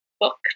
book